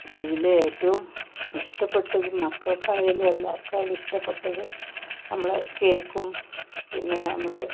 അതിൽ ഏറ്റവും ഇഷ്ടപ്പെട്ടത് മക്കൾക്കായാലും എല്ലാവർക്കായലും ഇഷ്ടപ്പെട്ടത് നമ്മള് കേക്കും പിന്നെ നമ്മൾ